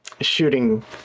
shooting